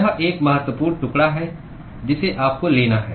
यह एक महत्वपूर्ण टुकड़ा है जिसे आपको लेना है